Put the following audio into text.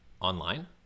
online